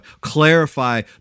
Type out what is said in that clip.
clarify